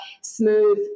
smooth